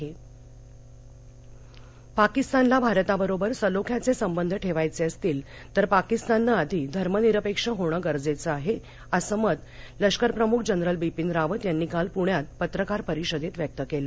रावत पाकिस्तानला भारता बरोबर सलोख्याचे संबंध ठेवायचे असतील तर पाकिस्ताननं आधी धर्मनिरपेक्ष होण गरजेचं आहे असं मत लष्करप्रमुख जनरल बिपिन रावत यांनी काल पुण्यात पत्रकार परिषदेत व्यक्त केल